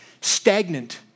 stagnant